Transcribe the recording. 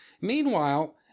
Meanwhile